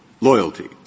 loyalty